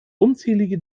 unzählige